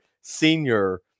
senior